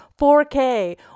4K